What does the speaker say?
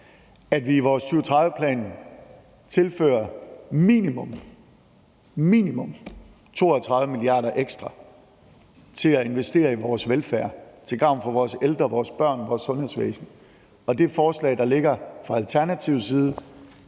at vi i vores 2030-plan tilfører minimum – minimum – 32 mia. kr. ekstra til at investere i vores velfærd til gavn for vores ældre, vores børn, vores sundhedsvæsen. Det forslag, der ligger fra Alternativets side,